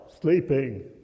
sleeping